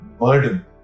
burden